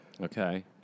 Okay